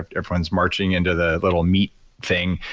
everyone's marching into the little meat thing,